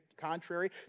contrary